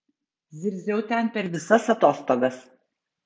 zirziau ten per visas atostogas